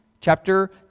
chapter